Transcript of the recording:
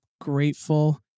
grateful